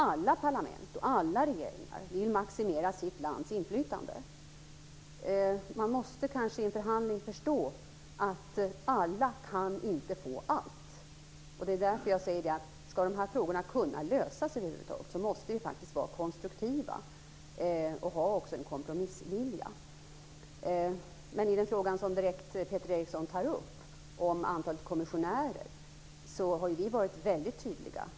Alla parlament och alla regeringar vill maximera sina länders inflytande. Man måste i en förhandling förstå att alla inte kan få allt. Det är därför jag säger att vi måste vara konstruktiva om frågorna över huvud taget skall kunna lösas. Vi måste också ha en kompromissvilja. I den fråga som Peter Eriksson tar upp, om antalet kommissionärer, har vi varit väldigt tydliga.